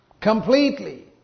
completely